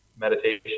meditation